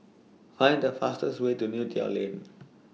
Find The fastest Way to Neo Tiew Lane